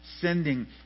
sending